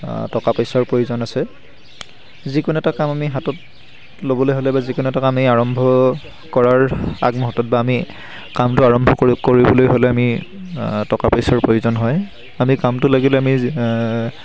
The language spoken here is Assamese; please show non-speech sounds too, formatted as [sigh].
টকা পইচাৰ প্ৰয়োজন আছে যিকোনো এটা কাম আমি হাতত ল'বলৈ হ'লে বা যিকোনো এটা কাম আমি আৰম্ভ কৰাৰ [unintelligible] বা আমি কামটো আৰম্ভ কৰিবলৈ হ'লে আমি টকা পইচাৰ প্ৰয়োজন হয় আমি কামটো লাগিলে আমি